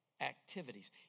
activities